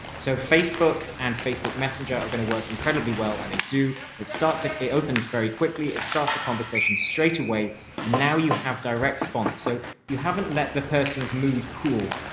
so facebook and facebook messenger are going to work incredibly well and they do. it starts to get opens very quickly. it starts the conversation straight away and now you have direct response so you haven't let the person's mood cool.